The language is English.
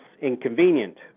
inconvenient